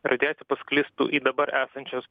radiacija pasklistų į dabar esančias